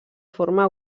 forma